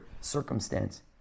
circumstance